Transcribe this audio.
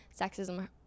sexism